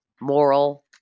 moral